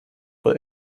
wohl